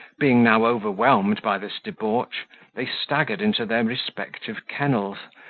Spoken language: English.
being now overwhelmed by this debauch, they staggered into their respective kennels,